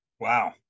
Wow